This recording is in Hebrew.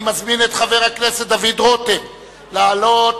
אני מזמין את חבר הכנסת דוד רותם לעלות